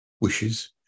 wishes